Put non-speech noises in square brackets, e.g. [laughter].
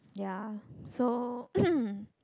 ya so [coughs]